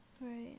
Right